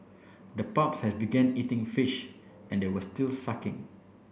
the pups have began eating fish and they were still sucking